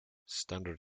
standard